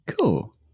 Cool